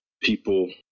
people